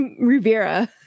Rivera